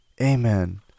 amen